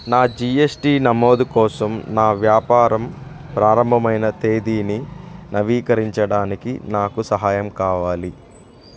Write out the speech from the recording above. నా జిఎస్టి నమోదు కోసం నా వ్యాపారం ప్రారంభమైన తేదీని నవీకరించడానికి నాకు సహాయం కావాలి